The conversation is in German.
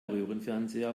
röhrenfernseher